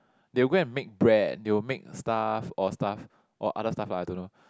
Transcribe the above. they will go and make bread they will make stuff or stuff or other stuff lah I don't know